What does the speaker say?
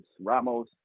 ramos